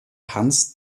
hans